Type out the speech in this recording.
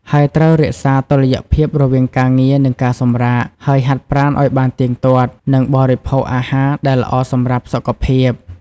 ហើយត្រូវរក្សាតុល្យភាពរវាងការងារ និងការសម្រាក ហើយហាត់ប្រាណឲ្យបានទៀងទាត់ និងបរិភោគអាហារដែលល្អសម្រាប់សុខភាព។